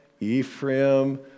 Ephraim